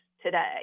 today